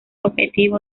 objetivo